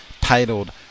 titled